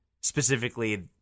specifically